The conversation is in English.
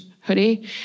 hoodie